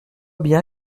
bien